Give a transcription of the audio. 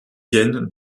yen